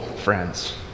friends